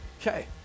okay